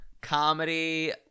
Comedy